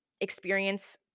experience